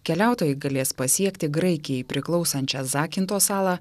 keliautojai galės pasiekti graikijai priklausančią zakinto salą